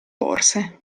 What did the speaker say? porse